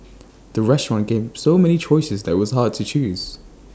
the restaurant gave so many choices that IT was hard to choose